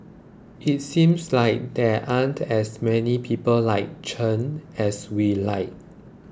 it seems like there aren't as many people like Chen as we like